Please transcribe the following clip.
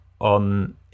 on